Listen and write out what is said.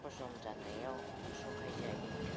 हजम जानायाव सहाय जायो